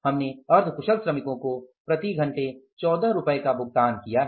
हमने अर्ध कुशल श्रमिकों को प्रति घंटे 14 रुपये का भुगतान किया है